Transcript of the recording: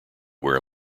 where